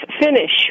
finish